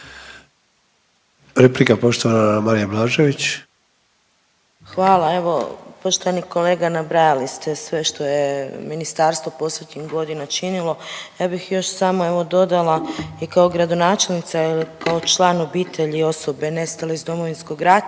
**Blažević, Anamarija (HDZ)** Hvala. Evo poštovani kolega nabrajali ste sve što je ministarstvo posljednjih godina činilo. Ja bih još samo evo dodala i kao gradonačelnica ili kao član obitelji osobe nestale iz Domovinskog rata,